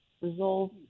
resolve